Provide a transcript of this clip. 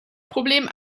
problem